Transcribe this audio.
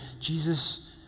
Jesus